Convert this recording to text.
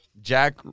Jack